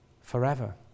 forever